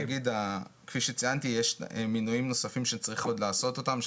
כפי שציינתי יש מינויים נוספים שצריך עוד לעשות אותם,